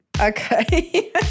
Okay